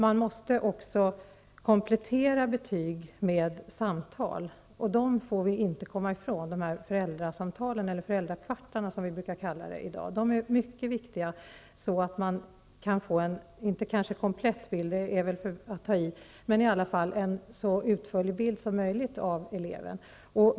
De måste kompletteras med samtal. Föräldrakvartar som vi har i dag får vi inte komma ifrån. De är mycket viktiga för att man skall få en, kanske inte komplett bild -- det är väl att ta i --, men en i alla fall så utförlig bild av eleven som möjligt.